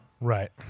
Right